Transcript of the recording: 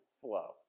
flow